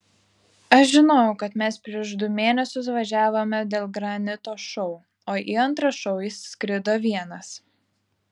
aš žinojau kad mes prieš du mėnesius važiavome dėl granito šou o į antrą šou jis skrido vienas